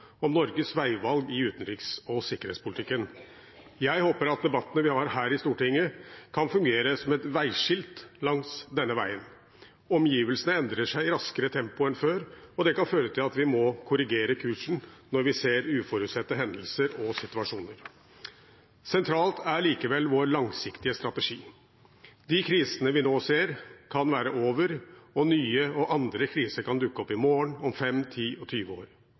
om Norges veivalg i utenriks- og sikkerhetspolitikken. Jeg håper at debattene vi har her i Stortinget, kan fungere som veiskilt langs denne veien. Omgivelsene endrer seg i raskere tempo enn før, og det kan føre til at vi må korrigere kursen når vi ser uforutsette hendelser og situasjoner. Sentralt er likevel vår langsiktige strategi. De krisene vi nå ser, kan være over, og nye og andre kriser kan dukke opp i morgen, om 5, 10 eller 20 år.